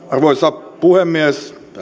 arvoisa puhemies